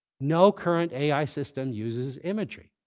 no current ai system uses imagery.